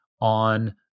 on